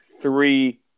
three